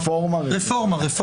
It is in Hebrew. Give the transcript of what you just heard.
רפורמה רצינית.